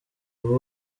ubu